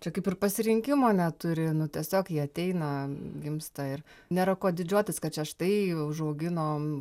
čia kaip ir pasirinkimo neturi nu tiesiog jie ateina gimsta ir nėra kuo didžiuotis kad čia štai užauginom